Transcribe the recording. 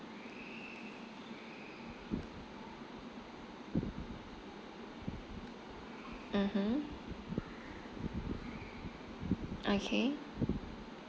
mmhmm okay